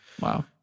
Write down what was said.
Wow